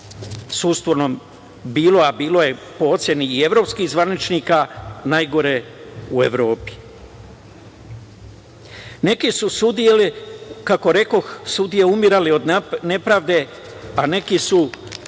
sudstvo bilo, a bilo je po oceni i evropskih zvaničnika najgore u Evropi. Neke su sudije, kako rekoh, umirale od nepravde, a neki su